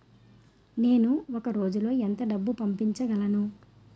నేను ఒక రోజులో ఎంత డబ్బు పంపించగలను?